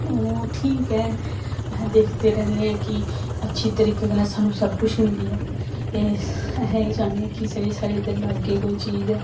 ओह् ठीक ऐ अस दिखदे रैह्न्ने ऐं कि अच्छे तरीके कन्नै सानूं सब कुछ मिली जाए अहें एह् चाह्नें आं कि जेह्ड़ी साढ़े इद्धर लाग्गै जेह्ड़ी चीज ऐ